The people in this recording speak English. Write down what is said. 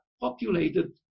populated